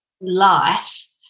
life